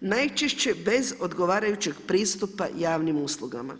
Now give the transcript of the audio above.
najčešće bez odgovarajuće pristupa javnim uslugama.